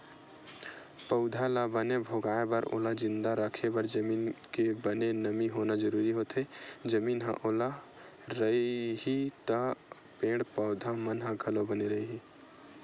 पउधा ल बने भोगाय बर ओला जिंदा रखे बर जमीन के बने नमी होना जरुरी होथे, जमीन ह ओल रइही त पेड़ पौधा मन ह घलो बने रइही